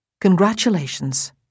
Congratulations